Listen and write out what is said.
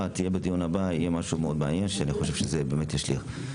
בדיון הבא יהיה משהו מאוד מעניין שאני חושב שישליך על הנושא.